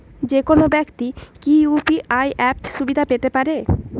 যেকোনো ব্যাক্তি কি ইউ.পি.আই অ্যাপ সুবিধা পেতে পারে?